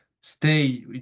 stay